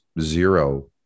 zero